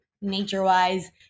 nature-wise